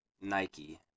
Nike